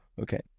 Okay